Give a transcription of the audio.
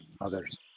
others